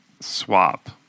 swap